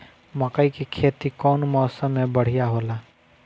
मकई के खेती कउन मौसम में बढ़िया होला?